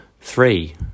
Three